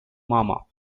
mama